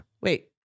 Wait